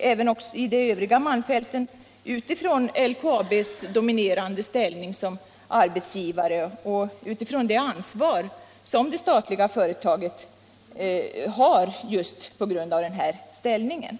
även i de övriga malmfälten med utgångspunkt i LKAB:s dominerande ställning som arbetsgivare och det ansvar som det statliga företaget har just på grund av denna ställning.